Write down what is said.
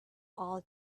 all